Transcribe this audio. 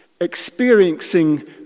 experiencing